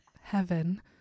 Heaven